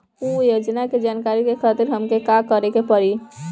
उ योजना के जानकारी के खातिर हमके का करे के पड़ी?